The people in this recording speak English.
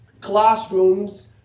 classrooms